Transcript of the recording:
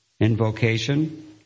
invocation